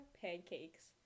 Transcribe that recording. pancakes